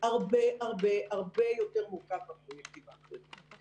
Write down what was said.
הרבה-הרבה-הרבה יותר מורכב מהפרויקטים האחרים.